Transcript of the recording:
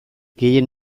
gehien